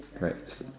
right